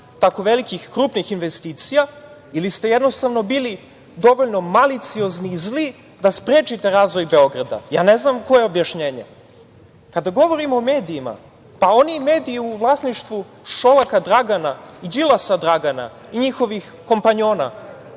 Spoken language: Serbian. tako velikih, krupnih investicija ili ste jednostavno bili dovoljno maliciozni i zli da sprečite razvoj Beograda. Ja ne znam koje je objašnjenje. Kada govorimo o medijima, pa oni mediji u vlasništvu Šolaka Dragana i Đilasa Dragana i njihovih kompanjona,